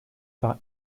par